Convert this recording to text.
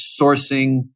sourcing